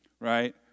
Right